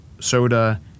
soda